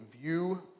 view